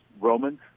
Roman